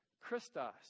Christos